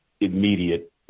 immediate